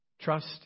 trust